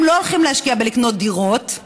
הם לא הולכים להשקיע בלקנות דירות,